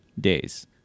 days